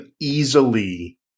easily